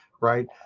right